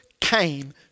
came